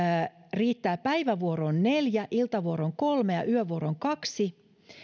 riittää päivävuoroon neljä iltavuoroon kolme ja yövuoroon kaksi